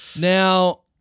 Now